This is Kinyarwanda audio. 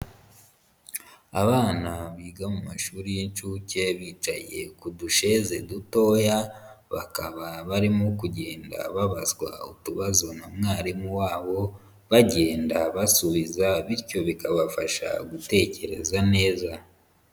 Abana biga mu mashuri y'incuke bicaye ku dusheze dutoya, bakaba barimo kugenda babazwa utubazo na mwarimu wabo bagenda basubiza bityo bikabafasha gutekereza neza.